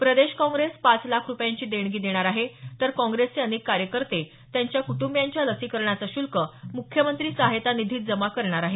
प्रदेश काँग्रेस पाच लाख रुपयांची देणगी देणार आहे तर काँग्रेसचे अनेक कार्यकर्ते त्यांच्या कुटुंबियांच्या लसीकरणाचं शुल्क मुख्यमंत्री सहाय्यता निधीत जमा करणार आहेत